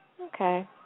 Okay